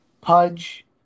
Pudge